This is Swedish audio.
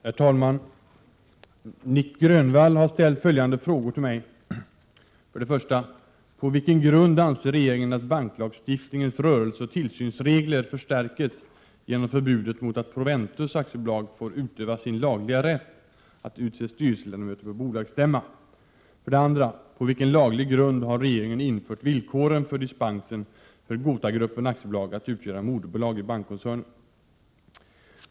Herr talman! Nic Grönvall har ställt följande frågor till mig. 1. På vilken grund anser regeringen att banklagstiftningens rörelseoch tillsynsregler förstärks genom förbudet mot att Proventus AB får utöva sin lagliga rätt att utse styrelseledamöter på bolagsstämma? 2. På vilken laglig grund har regeringen infört villkoren för dispensen för GotaGruppen AB att utgöra moderbolag i bankkoncernen?